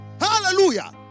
Hallelujah